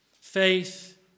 faith